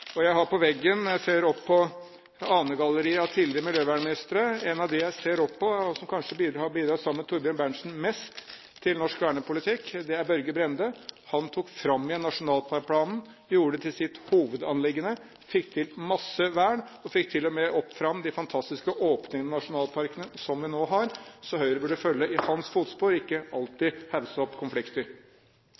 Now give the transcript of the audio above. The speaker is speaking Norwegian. dem jeg ser opp på på veggen – og jeg ser opp på anegalleriet over tidligere miljøministere – som, sammen med Thorbjørn Berntsen, kanskje har bidratt mest til norsk vernepolitikk, er Børge Brende. Han tok fram igjen nasjonalparkplanen, gjorde den til sitt hovedanliggende og fikk til mye vern. Han fikk til og med til de fantastiske åpningene av nasjonalparkene som vi nå har. Så Høyre burde følge i hans fotspor, ikke alltid hausse opp